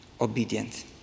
Obedient